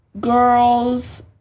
girls